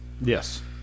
Yes